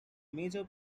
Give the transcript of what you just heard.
major